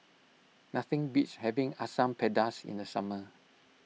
nothing beats having Asam Pedas in the summer